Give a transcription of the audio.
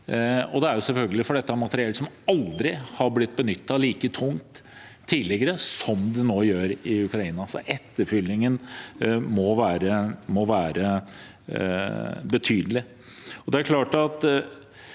Det er selvfølgelig fordi dette er materiell som aldri har blitt benyttet like tungt tidligere som det nå blir i Ukraina, så etterfyllingen må være betydelig.